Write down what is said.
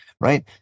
right